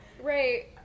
Right